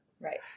Right